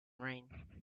rain